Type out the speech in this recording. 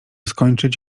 skończyć